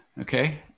Okay